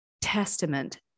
testament